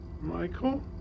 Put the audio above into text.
Michael